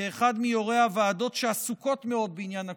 כאחד מיושבי-ראש הוועדות שעסוקות מאוד בעניין הקורונה,